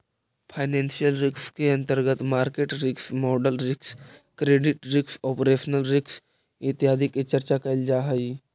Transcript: financial risk के अंतर्गत market risk, model risk, credit risk, operational risk इत्यादि के चर्चा कैल जा हई